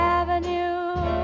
avenue